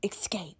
escape